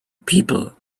people